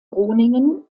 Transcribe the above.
groningen